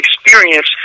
experience